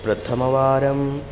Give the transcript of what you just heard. प्रथमवारं